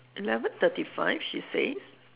eleven thirty five she says